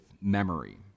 memory